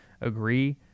Agree